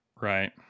right